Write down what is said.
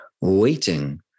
waiting